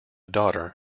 daughter